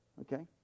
okay